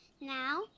Now